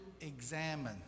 examine